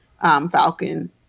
Falcon